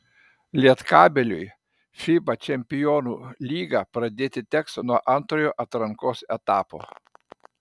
lietkabeliui fiba čempionų lygą pradėti teks nuo antrojo atrankos etapo